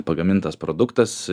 pagamintas produktas